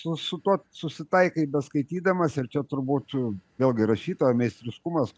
su su tuo susitaikai beskaitydamas ir čia turbūt vėlgi rašytojo meistriškumas